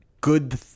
good